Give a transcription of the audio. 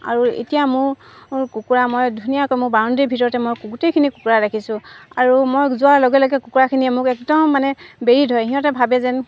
আৰু এতিয়া মোৰ কুকুৰা মই ধুনীয়াকৈ মোৰ বাউণ্ডেৰীৰ ভিতৰতে মই কু গোটেইখিনি কুকুৰা ৰাখিছোঁ আৰু মই যোৱাৰ লগে লগে কুকুৰাখিনিয়ে মোক একদম মানে বেৰি ধৰে সিহঁতে ভাবে যেন